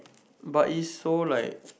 but it's so like